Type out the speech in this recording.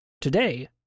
Today